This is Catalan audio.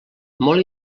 molt